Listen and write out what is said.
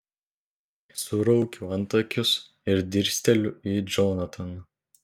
suraukiu antakius ir dirsteliu į džonataną